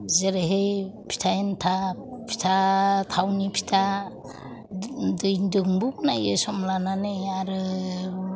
जेरैहाय फिथा एन्थाब फिथा थावनि फिथा दैजोंबो बानायो सम लानानै आरो